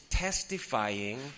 testifying